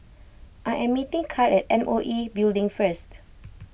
I am meeting Kyle at M O E Building first